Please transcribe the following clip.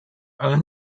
ale